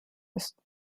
ist